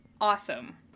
awesome